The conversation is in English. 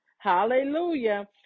hallelujah